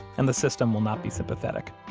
and the system will not be sympathetic.